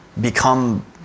become